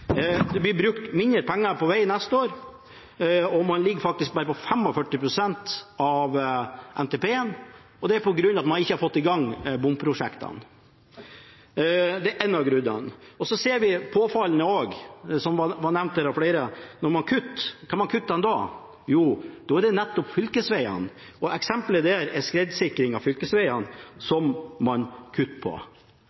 ligger faktisk bare på 45 pst. av NTP. Det er fordi man ikke har fått i gang bompengeprosjektene, det er én av grunnene. Det er òg påfallende – dette har vært nevnt av flere – at når man kutter, hvor kutter man da? Jo, da er det nettopp fylkesvegene. Eksemplet der er skredsikring av